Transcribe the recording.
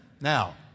Now